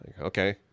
Okay